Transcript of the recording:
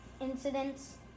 Incidents